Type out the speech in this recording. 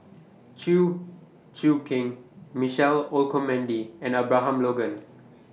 Chew Choo Keng Michael Olcomendy and Abraham Logan